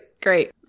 great